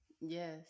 Yes